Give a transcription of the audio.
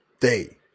day